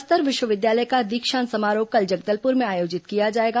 बस्तर विश्वविद्यालय का दीक्षांत समारोह कल जगदलपुर में आयोजित किया जाएगा